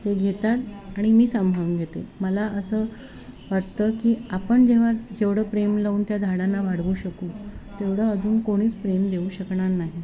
ते घेतात आणि मी सांभाळून घेते मला असं वाटतं की आपण जेव्हा जेवढं प्रेम लावून त्या झाडांना वाढवू शकू तेवढं अजून कोणीच प्रेम देऊ शकणार नाही